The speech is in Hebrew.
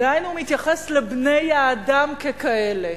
דהיינו הוא מתייחס לבני-האדם ככאלה.